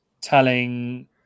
Telling